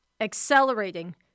accelerating